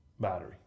battery